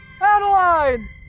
Adeline